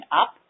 up